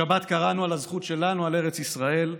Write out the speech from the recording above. בשבת קראנו על הזכות שלנו על ארץ ישראל,